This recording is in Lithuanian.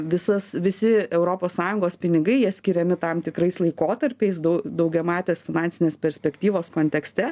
visas visi europos sąjungos pinigai jie skiriami tam tikrais laikotarpiais daugiamatės finansinės perspektyvos kontekste